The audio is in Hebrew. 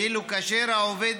ואילו כאשר העובד